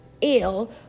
ill